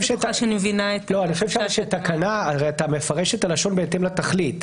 לא, הרי אתה מפרש את הלשון בהתאם לתכלית.